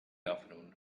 afternoon